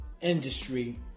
industry